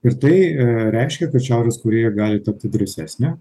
ir tai reiškia kad šiaurės korėja gali tapti drąsesnė